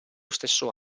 stesso